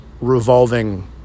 revolving